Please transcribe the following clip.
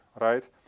right